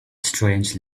strange